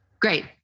Great